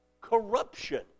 corruption